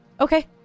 Okay